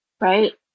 Right